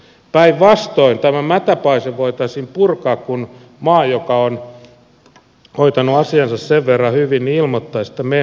päinvastoin tämä mätäpaise voitaisiin purkaa kun maa joka on hoitanut asiansa sen verran hyvin ilmoittaisi että me emme maksa